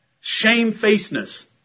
Shamefacedness